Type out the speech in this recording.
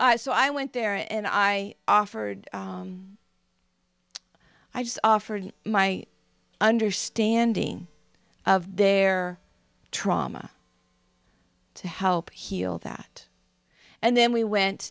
so i went there and i offered i just offered my understanding of their trauma to help heal that and then we went